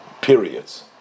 periods